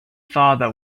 farther